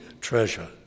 treasure